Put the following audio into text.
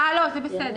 זה בסדר.